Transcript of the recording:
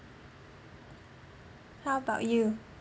how about you